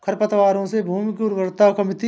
खरपतवारों से भूमि की उर्वरता कमती है